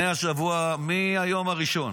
מהיום הראשון.